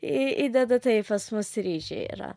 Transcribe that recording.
į įdedat tai pas mus ryžiai yra